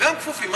גם כפופים?